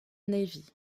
navy